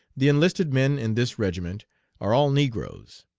the enlisted men in this regiment are all negroes.